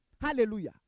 Hallelujah